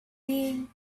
being